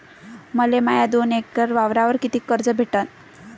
मले माया दोन एकर वावरावर कितीक कर्ज भेटन?